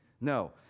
No